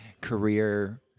career